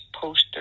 poster